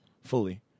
fully